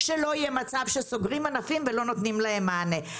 שלא יהיה מצב שסוגרים ענפים ולא נותנים להם מענה.